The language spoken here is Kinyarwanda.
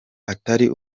atari